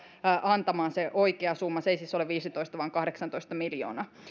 antamaan se ei siis ole viidentoista vaan kahdeksantoista miljoonaa